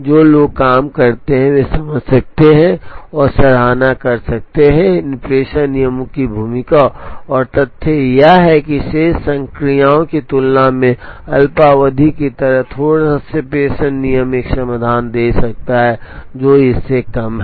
जो लोग काम करते हैं वे समझ सकते हैं और सराहना कर सकते हैं इन प्रेषण नियमों की भूमिका और तथ्य यह है कि शेष संक्रियाओं की तुलना में अल्पावधि की तरह थोड़ा सा प्रेषण नियम एक समाधान दे सकता है जो इससे कम है